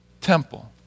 temple